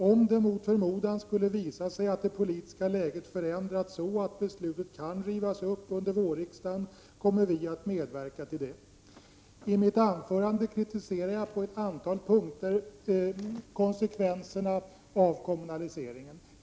Om det — mot förmodan — skulle visa sig att det politiska läget förändrats så, att beslutet kan rivas upp under vårriksdagen, kommer vi att medverka till det.” I mitt anförande kritiserade jag på ett antal punkter konsekvenserna av kommunaliseringen.